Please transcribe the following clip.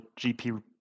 GP